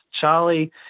charlie